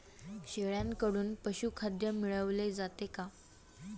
शेळ्यांकडून पशुखाद्य मिळवले जाते का?